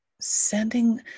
sending